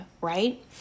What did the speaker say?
right